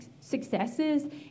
successes